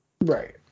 Right